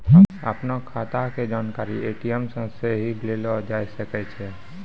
अपनो खाता के जानकारी ए.टी.एम से सेहो लेलो जाय सकै छै